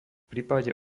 prípade